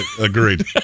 Agreed